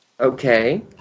Okay